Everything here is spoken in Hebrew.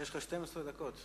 יש לך 12 דקות.